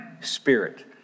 Spirit